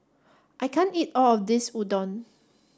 I can't eat all of this Udon